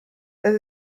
that